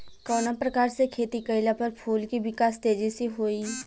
कवना प्रकार से खेती कइला पर फूल के विकास तेजी से होयी?